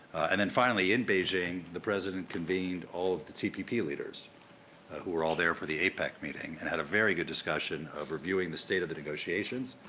and then, finally, in beijing, the president convened all of the ttp leaders who were all there for the apec meeting, and had a very good discussion of reviewing the state of the negotiations,